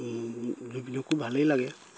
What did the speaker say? জুবিনকো ভালেই লাগে